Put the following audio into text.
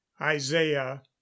isaiah